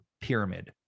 Pyramid